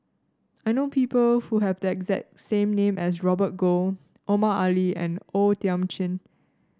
I know people who have the exact same name as Robert Goh Omar Ali and O Thiam Chin